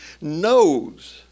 knows